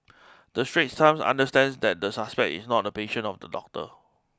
the Straits Times understands that the suspect is not a patient of the doctor